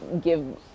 give